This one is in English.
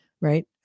Right